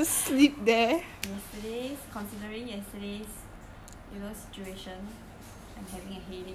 yesterday's considering yesterday's you know situation I am having a headache it's different